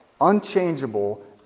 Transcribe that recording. unchangeable